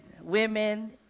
women